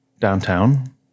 downtown